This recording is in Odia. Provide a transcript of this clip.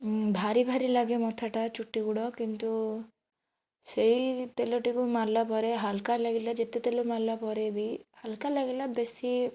ଭାରି ଭାରି ଲାଗେ ମଥାଟା ଚୁଟିଗୁଡ଼ା କିନ୍ତୁ ସେଇ ତେଲଟିକୁ ମାରିଲା ପରେ ହାଲୁକା ଲାଗିଲା ଯେତେ ତେଲ ମାରିଲା ପରେ ବି ହାଲୁକା ଲାଗିଲା ବେଶି